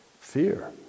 fear